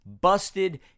busted